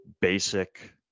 basic